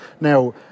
Now